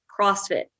CrossFit